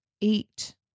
eat